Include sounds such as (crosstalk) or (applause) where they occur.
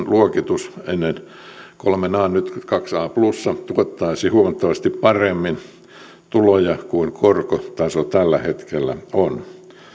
(unintelligible) luokitus ennen aaan nyt aa plus n tuottaisi huomattavasti paremmin tuloja kuin mikä korkotaso tällä hetkellä on